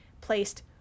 placed